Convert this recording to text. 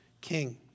king